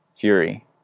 fury